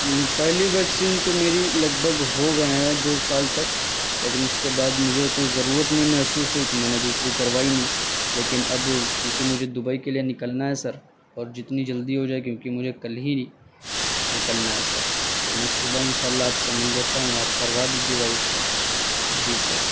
پہلی ویکسین تو میری لگ بھگ ہو گئے ہیں دو سال تک لیکن اس کے بعد مجھے کوئی ضرورت نہیں محسوس ہوئی تو میں نے دوسری کروائی نہیں لیکن اب کیونکہ مجھے دبئی کے لیے نکلنا ہے سر اور جتنی جلدی ہو جائے کیونکہ مجھے کل ہی نکلنا ہے سر تو میں صبح ان شاء اللہ آپ سے مل لیتا ہوں آپ کروا دیجیے گا اس کا جی سر